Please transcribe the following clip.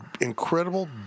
incredible